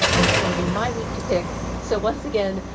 and it's going to be my week to pick. so once again,